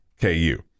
KU